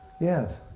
Yes